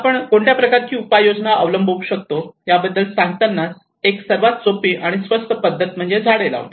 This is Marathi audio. आपण कोणत्या प्रकारची उपाययोजना अवलंबू शकतो याबद्दल सांगताना एक सर्वात सोपी आणि स्वस्त पद्धत म्हणजे झाडे लावणे